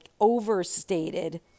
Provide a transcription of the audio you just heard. overstated